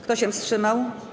Kto się wstrzymał?